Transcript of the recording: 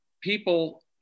people